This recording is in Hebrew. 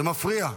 זה מפריע.